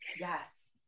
Yes